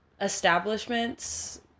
establishments